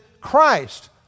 Christ